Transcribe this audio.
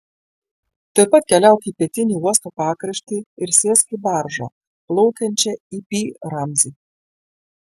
tuoj pat keliauk į pietinį uosto pakraštį ir sėsk į baržą plaukiančią į pi ramzį